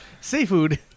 Seafood